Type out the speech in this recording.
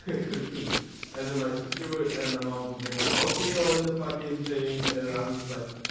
it cooks food and then my sister would edit, my mama would make their oatmeal in the fucking thing. and i'm just like,